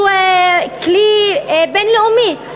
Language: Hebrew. הוא כלי בין-לאומי: